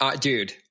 Dude